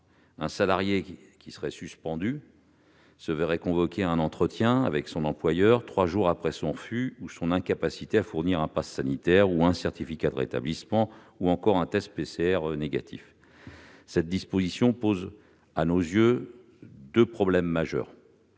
Un salarié qui serait suspendu se verrait convoqué à un entretien avec son employeur trois jours après son refus ou son incapacité à fournir un passe sanitaire, un certificat de rétablissement ou un test PCR négatif. Une telle disposition pose à nos yeux deux problèmes majeurs.